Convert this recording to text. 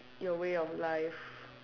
your way of life